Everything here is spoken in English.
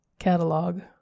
catalog